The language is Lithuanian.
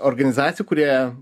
organizacijų kurie